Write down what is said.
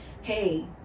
hey